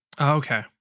Okay